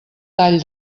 tall